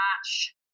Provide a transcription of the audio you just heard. match